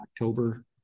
October